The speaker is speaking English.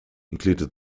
included